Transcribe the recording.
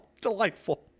Delightful